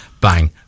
bang